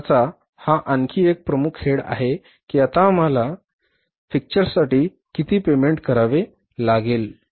खर्चाचा हा आणखी एक प्रमुख हेड आहे की आता आम्हाला फिक्स्चरसाठी किती पेमेंट करावे लागेल